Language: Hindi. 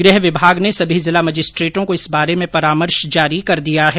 गृह विभाग ने सभी जिला मजिस्ट्रेटों को इस बारे में परामर्श जारी कर दिया है